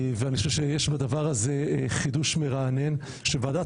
אני חושב שבדבר הזה יש חידוש מרענן שוועדת